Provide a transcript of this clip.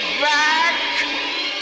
back